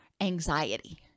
anxiety